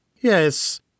Yes